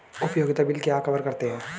उपयोगिता बिल क्या कवर करते हैं?